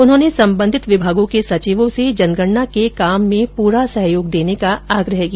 उन्होंने संबंधित विभागों के सचिवों से जनगणना के कार्य में पूरा सहयोग देने का आग्रह किया